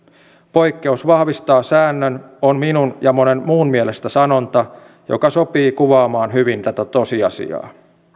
poikkeus vahvistaa säännön on minun ja monen muun mielestä sanonta joka sopii kuvaamaan hyvin tätä tosiasiaa